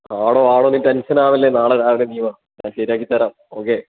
ആടോ ആടോ നീ ടെൻഷനാവല്ലേ നാളെ രാവിലെ നീ വാ ഞാൻ ശരിയാക്കി തരാം ഓക്കെ